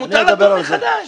מותר לדון מחדש,